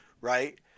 Right